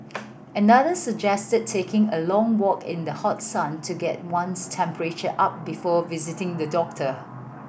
another suggested taking a long walk in the hot sun to get one's temperature up before visiting the doctor